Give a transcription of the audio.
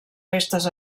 restes